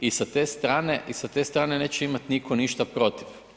I sa te strane neće imati nitko ništa protiv.